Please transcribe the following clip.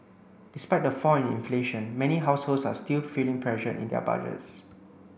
despite the fall in inflation many households are still feeling pressure in their budgets